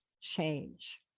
change